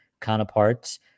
Counterparts